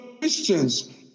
Christians